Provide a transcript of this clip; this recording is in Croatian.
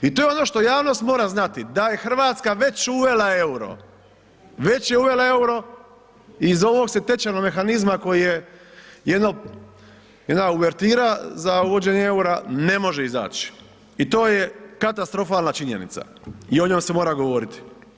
I to je ono što javnost mora znati, da je Hrvatska već uvela euro, već je uvela euro i iz ovog se tečajnog mehanizma koji je jedna uvertira za uvođenje eura ne može izaći i to je katastrofalna činjenica i o njoj se mora govoriti.